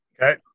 Okay